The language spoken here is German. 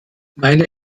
meine